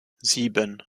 sieben